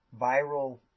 viral